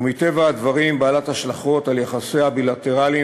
ומטבע הדברים היא בעלת השלכות על יחסיה הבילטרליים